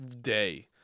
day